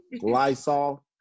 lysol